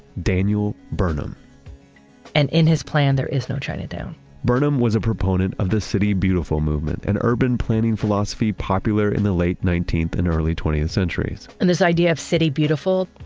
daniel burnham and in his plan, there is no chinatown burnham was a proponent of the city beautiful movement, an urban planning philosophy popular in the late nineteenth and early twentieth centuries and this idea of city beautiful,